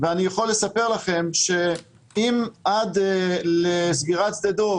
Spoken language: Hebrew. ואני יכול לספר לכם שאם עד לסגירת שדה דב